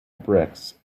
bricks